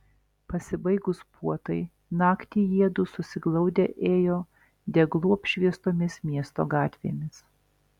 pasibaigus puotai naktį jiedu susiglaudę ėjo deglų apšviestomis miesto gatvėmis